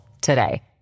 today